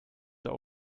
der